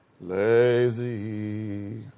lazy